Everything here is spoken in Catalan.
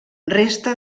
resta